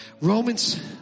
Romans